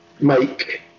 make